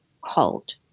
cold